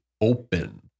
open